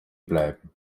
bleiben